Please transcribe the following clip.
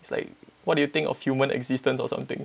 it's like what do you think of human existence or something